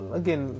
again